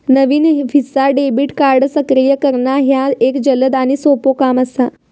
नवीन visa debit card सक्रिय करणा ह्या एक जलद आणि सोपो काम असा